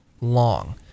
long